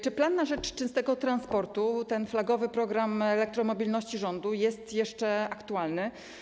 Czy plan na rzecz czystego transportu, ten flagowy program elektromobilności rządu, jest jeszcze aktualny?